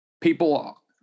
people